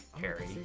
Harry